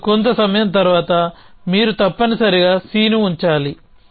మరియు కొంత సమయం తర్వాత మీరు తప్పనిసరిగా Cని ఉంచాలి